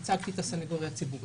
ייצגתי את הסנגוריה הציבורית.